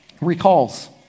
recalls